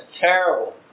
terrible